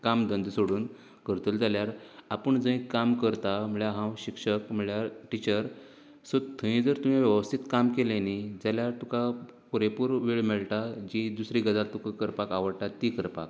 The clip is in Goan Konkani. काम धंदो सोडून करतले जाल्यार आपूण जंय काम करता म्हळ्यार हांव शिक्षक म्हळ्यार टिचर सो थंय जर तुवें वेवस्थीत काम केलें न्ही जाल्यार तुका पुरेपूर वेळ मेळटा जी दुसरी गजाल तुका करपाक आवडटा ती करपाक